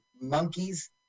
monkeys